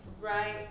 Right